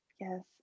yes